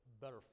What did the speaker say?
better